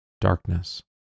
darkness